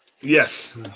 Yes